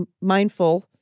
mindful